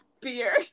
beer